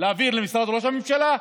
להעביר למשרד ראש הממשלה,